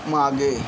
मागे